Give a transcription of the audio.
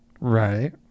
Right